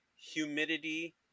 humidity